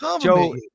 Joe